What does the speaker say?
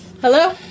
Hello